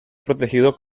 protegido